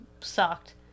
sucked